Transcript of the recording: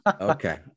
Okay